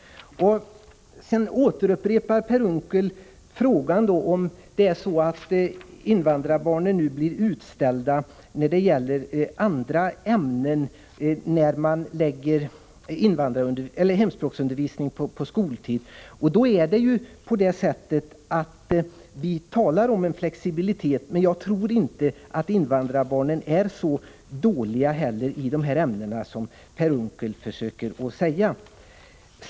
Per Unckel upprepade frågan om invandrarbarnen blir utställda när det gäller andra ämnen när man nu lägger hemspråksundervisningen på skoltid. Vi talar om en flexibilitet. Men jag tror inte heller att invandrarbarnen är så dåliga i de här ämnena som Per Unckel försöker göra gällande.